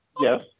Yes